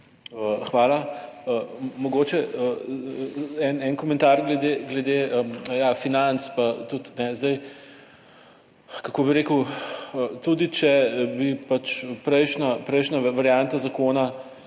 Hvala. Mogoče en komentar glede financ, pa tudi, zdaj, kako bi rekel, tudi če bi pač prejšnja varianta zakona